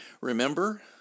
remember